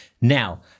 Now